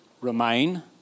remain